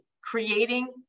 creating